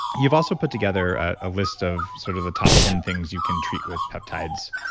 you've also put together a list of sort of the top ten things you can treat with peptides.